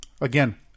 Again